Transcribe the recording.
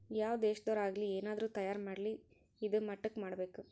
ಯಾವ್ ದೇಶದೊರ್ ಆಗಲಿ ಏನಾದ್ರೂ ತಯಾರ ಮಾಡ್ಲಿ ಇದಾ ಮಟ್ಟಕ್ ಮಾಡ್ಬೇಕು